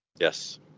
yes